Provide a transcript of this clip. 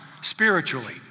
spiritually